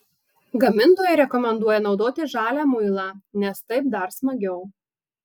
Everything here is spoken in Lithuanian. gamintojai rekomenduoja naudoti žalią muilą nes taip dar smagiau